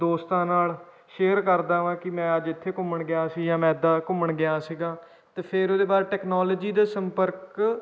ਦੋਸਤਾਂ ਨਾਲ ਸ਼ੇਅਰ ਕਰਦਾ ਹਾਂ ਕਿ ਮੈਂ ਅੱਜ ਇੱਥੇ ਘੁੰਮਣ ਗਿਆ ਸੀ ਜਾਂ ਮੈਂ ਇੱਦਾਂ ਘੁੰਮਣ ਗਿਆ ਸੀਗਾ ਅਤੇ ਫਿਰ ਉਹਦੇ ਬਾਅਦ ਟੈਕਨੋਲੋਜੀ ਦੇ ਸੰਪਰਕ